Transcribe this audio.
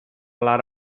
lot